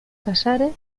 casares